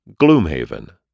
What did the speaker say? Gloomhaven